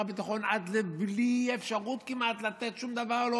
הביטחון עד לבלי אפשרות כמעט לתת שום דבר,